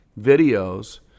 videos